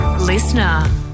Listener